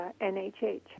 NHH